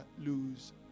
lose